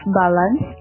balance